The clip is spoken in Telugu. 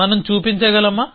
మనం చూపించగలమా